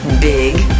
Big